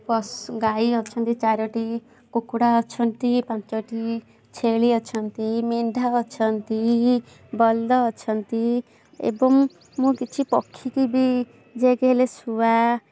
ପଶୁ ଗାଈ ଅଛନ୍ତି ଚାରଟି କୁକୁଡ଼ା ଅଛନ୍ତି ପାଞ୍ଚଟି ଛେଳି ଅଛନ୍ତି ମେଣ୍ଡା ଅଛନ୍ତି ବଳଦ ଅଛନ୍ତି ଏବଂ ମୁଁ କିଛି ପକ୍ଷୀ କି ବି ଯେ କି ହେଲେ ଶୁଆ